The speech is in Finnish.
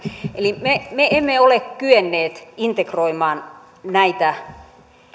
eli me me emme ole kyenneet integroimaan näitä